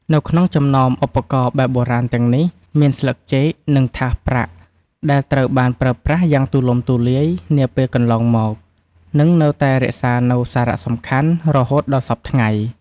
នៅក្នុងចំណោមឧបករណ៍បែបបុរាណទាំងនេះ មានស្លឹកចេក និងថាសប្រាក់ ដែលត្រូវបានប្រើប្រាស់យ៉ាងទូលំទូលាយនាពេលកន្លងមក និងនៅតែរក្សានូវសារៈសំខាន់រហូតដល់សព្វថ្ងៃ។